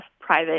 private